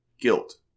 guilt